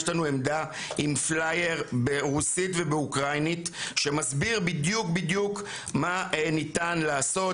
יש לנו עמדה עם פלייר ברוסית ובאוקראינית שמסביר בדיוק מה ניתן לעשות,